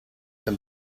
them